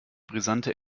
brisante